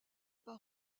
pas